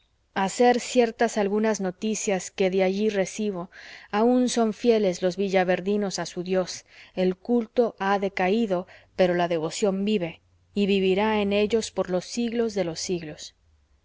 ser ciertas algunas noticias que de allí recibo aun son fieles los villaverdinos a su dios el culto ha decaído pero la devoción vive y vivirá en ellos por los siglos de los siglos